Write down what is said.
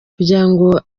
kugirango